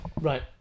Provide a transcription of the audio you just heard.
Right